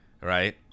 right